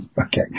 Okay